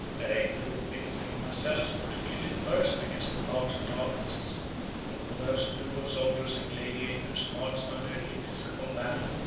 elated with victory, marcellus took the field in person against the powers of darkness a numerous troop of soldiers and gladiators marched under the episcopal banner,